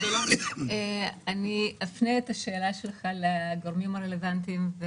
אני אפנה את השאלה שלך לגורמים הרלוונטיים.